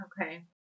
Okay